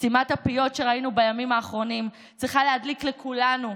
סתימת הפיות שראינו בימים האחרונים צריכה להדליק לכולנו,